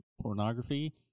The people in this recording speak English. pornography